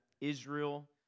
Israel